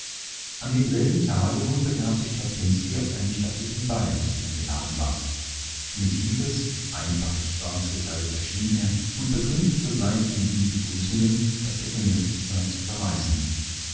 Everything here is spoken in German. an demselben tage nun begab sich strapinski auf einen stattlichen ball zu dem er geladen war in tiefes einfaches schwarz gekleidet erschien er und verkündete sogleich den ihn begrüßenden daß er genötigt sei zu verreisen